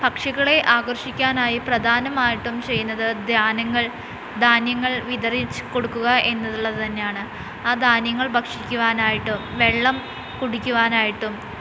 പക്ഷികളെ ആകർഷിക്കാനായി പ്രധാനമായിട്ടും ചെയ്യുന്നത് ദാനങ്ങൾ ധാന്യങ്ങൾ വിതറിച്ചുകൊടുക്കുക എന്നുള്ളത് തന്നെയാണ് ആ ധാന്യങ്ങൾ ഭക്ഷിക്കുവാനായിട്ടും വെള്ളം കുടിക്കുവാനായിട്ടും